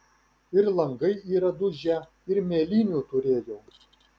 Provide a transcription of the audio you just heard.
ir langai yra dužę ir mėlynių turėjau